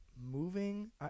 moving